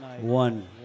one